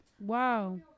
Wow